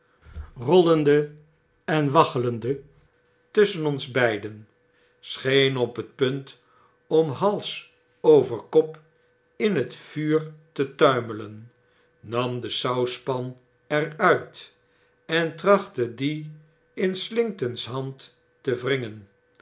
rollende en waggelende tusschen ons beiden scheen op het punt om hals over kop in het vuur te tuimelen nam de sauspan er uit en trachtte die in slinkton's band te wringen